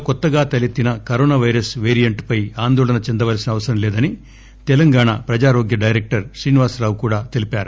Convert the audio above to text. లో కొత్తగా తలెత్తిన కరోనా పైరస్ వేరియంట్ పై ఆందోళన చెందవలసిన అవసరం లేదని తెలంగాణ ప్రజారోగ్య డైరెక్టర్ శ్రీనివాస రావు కూడా తెలిపారు